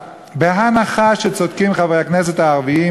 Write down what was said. שנוכל סוף-סוף לתפקד כמדינה נורמלית בכל מה שקשור לעניין